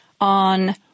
on